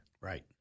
Right